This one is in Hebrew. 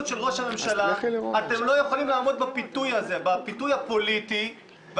אתם לא יכולים לעמוד בפיתוי הפוליטי בסיפור של החסינות של ראש הממשלה,